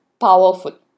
powerful